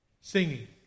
singing